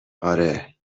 آره